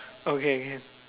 okay can